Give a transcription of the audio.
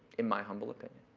in my humble opinion.